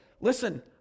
listen